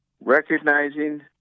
recognizing